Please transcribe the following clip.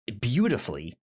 beautifully